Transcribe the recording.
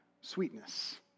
sweetness